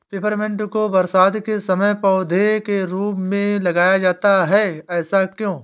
Peppermint को बरसात के समय पौधे के रूप में लगाया जाता है ऐसा क्यो?